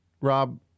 Rob